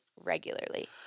regularly